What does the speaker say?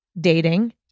dating